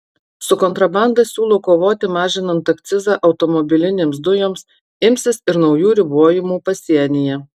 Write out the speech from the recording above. su kontrabanda siūlo kovoti mažinant akcizą automobilinėms dujoms imsis ir naujų ribojimų pasienyje